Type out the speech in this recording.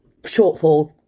shortfall